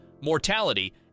mortality